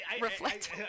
reflect